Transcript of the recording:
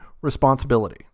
responsibility